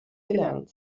gelernt